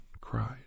cried